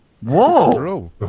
Whoa